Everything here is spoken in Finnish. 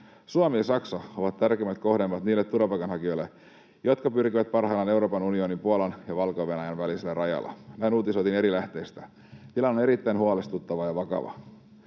Suomi ja Saksa ovat tärkeimmät kohdemaat niille turvapaikanhakijoille, jotka pyrkivät parhaillaan Euroopan unioniin Puolan ja Valko-Venäjän välisellä rajalla. Näin uutisoitiin eri lähteistä. Tilanne on erittäin huolestuttava ja vakava.